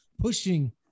pushing